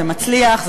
זה מצליח,